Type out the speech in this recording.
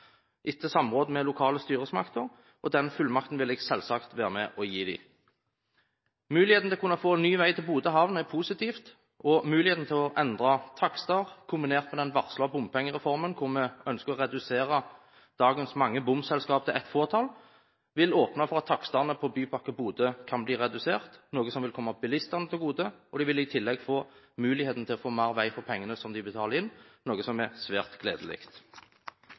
etter samråd med lokale styresmakter, og den fullmakten vil jeg selvsagt være med og gi dem. Muligheten til å kunne få ny vei til Bodø havn er positivt, og muligheten til å endre takster, kombinert med den varslede bompengereformen, hvor vi ønsker å redusere dagens mange bompengeselskaper til et fåtall, vil åpne for at takstene på Bypakke Bodø kan bli redusert, noe som vil komme bilistene til gode, og de vil i tillegg få muligheten til å få mer vei for pengene som de betaler inn, noe som er svært gledelig.